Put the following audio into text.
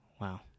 Wow